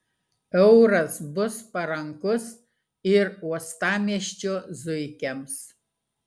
euras bus parankus ir uostamiesčio zuikiams